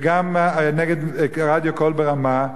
וגם נגד רדיו "קול ברמה",